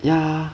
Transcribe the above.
ya